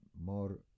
more